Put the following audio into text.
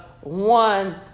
one